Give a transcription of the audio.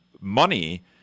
money